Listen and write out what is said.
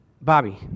Bobby